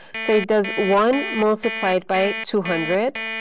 so it does one multiplied by two hundred,